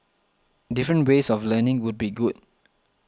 different ways of learning would be good